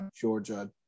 Georgia